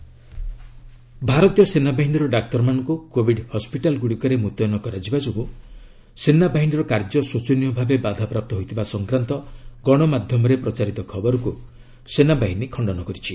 army କୋବିଡ reports ଭାରତୀୟ ସେନାବାହିନୀର ଡାକ୍ତରମାନଙ୍କୁ କୋବିଡ ହସ୍କିଟାଲଗୁଡ଼ିକରେ ମୁତୟନ କରାଯିବା ଯୋଗୁଁ ସେନାବାହିନୀର କାର୍ଯ୍ୟ ଶୋଚନୀୟ ଭାବେ ବାଧାପ୍ରାପ୍ତ ହୋଇଥିବା ସଂକ୍ରାନ୍ତ ଗଣମାଧ୍ୟମରେ ପ୍ରଚାରିତ ଖବରକୁ ସେନାବାହିନୀ ଖଣ୍ଡନ କରିଛି